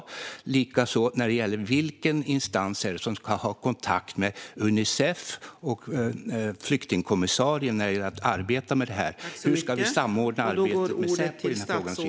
Likaså gäller det vilken instans som ska ha kontakt med Unicef och flyktingkommissarien när det gäller att arbeta med dessa frågor. Hur ska vi samordna arbetet med Säpo?